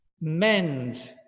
Mend